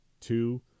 two